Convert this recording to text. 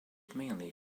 mainly